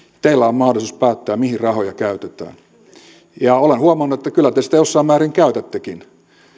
teillä on mahdollisuus päättää mihin rahoja käytetään olen huomannut että kyllä te sitä jossain määrin käytättekin